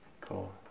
Cool